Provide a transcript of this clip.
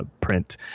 print